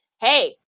hey